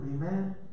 amen